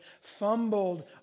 fumbled